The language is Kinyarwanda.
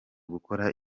gukora